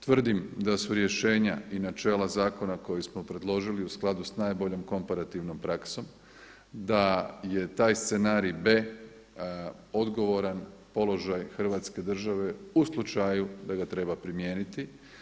Tvrdim da su rješenja i načela zakona koji smo predložili u skladu sa najboljom komparativnom praksom, da je taj scenarij B odgovoran položaj Hrvatske države u slučaju da ga treba primijeniti.